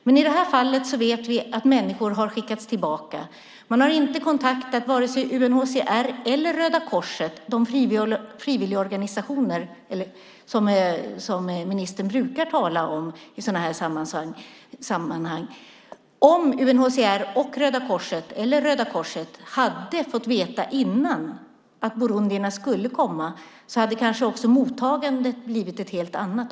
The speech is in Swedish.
Men i detta fall vet vi att människor har skickats tillbaka. Man har inte kontaktat vare sig UNHCR eller Röda Korset, de frivilligorganisationer som ministern brukar tala om i sådana här sammanhang. Om UNHCR eller Röda Korset hade fått reda på i förväg att burundierna skulle komma hade kanske också mottagandet blivit ett helt annat.